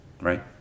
Right